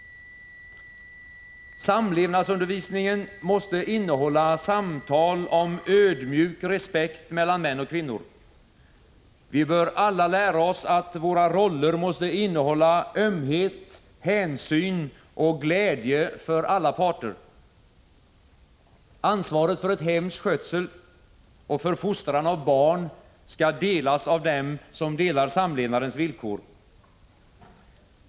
Samlevnadsundervisningen måste innehålla samtal om ödmjuk respekt mellan män och kvinnor. Vi bör alla lära oss att våra roller måste innehålla ömhet, hänsyn och glädje för alla parter. Ansvaret för ett hems skötsel och för fostran av barn skall delas av dem som delar samlevnadens villkor.